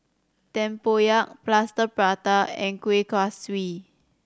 tempoyak Plaster Prata and Kuih Kaswi